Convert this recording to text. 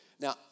Now